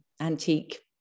antique